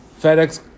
FedEx